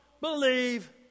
believe